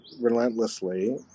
relentlessly